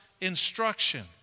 instruction